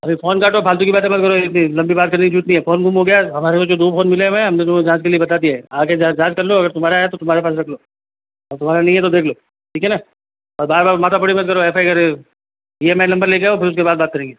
अभी फोन काटो फालतू की बातें बंद करो इतनी लम्बी बात करने की ज़रूरत नहीं है फोन गुम गया है हमारे को जो दो फोन मिले हुए हैं हम ने तुम्हें जाँच के लिए बता दिया है आगे इधर जाँच कर लो अगर तुम्हारा है तो तुम्हारे पास रख लो और तुम्हारा नहीं है तो देख लो ठीक है ना और बार बार माथा फोड़ी मत करो एफ आई आर करें है ई एम आई नम्बर लेकर आओ फिर उसके बाद बात करेंगे